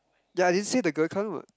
ya I didn't say the girl can't [what]